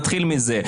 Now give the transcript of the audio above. נתחיל מזה.